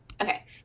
Okay